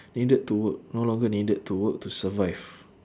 needed to work no longer needed to work to survive